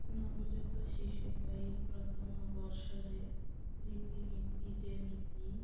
ନବଜାତ ଶିଶୁ ପାଇଁ ପ୍ରଥମ ବର୍ଷରେ ରୀତିନୀତି ଯେମିତି